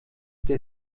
der